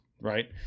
Right